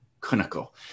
clinical